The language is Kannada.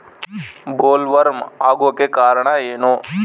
ಬೊಲ್ವರ್ಮ್ ಆಗೋಕೆ ಕಾರಣ ಏನು?